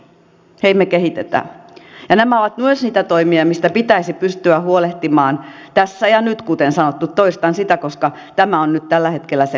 ja nämä ovat myös niitä toimia mistä pitäisi pystyä huolehtimaan tässä ja nyt kuten sanottu toistan sitä koska tämä on nyt tällä hetkellä se avainsana